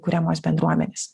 kuriamos bendruomenės